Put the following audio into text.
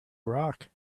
rock